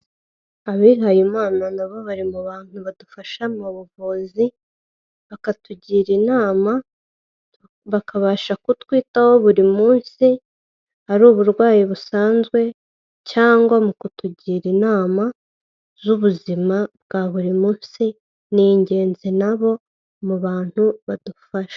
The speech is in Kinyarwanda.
Abihayimana na bo bari mu bantu badufasha mu buvuzi, bakatugira inama, bakabasha kutwitaho buri munsi, ari uburwayi busanzwe cyangwa mu kutugira inama z'ubuzima bwa buri munsi, ni ingenzi na bo mu bantu badufasha.